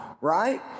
Right